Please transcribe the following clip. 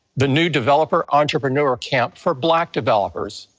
the new developer entrepreneur camp for black developers.